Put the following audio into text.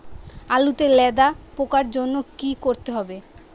আলুতে লেদা পোকার জন্য কি করতে হবে?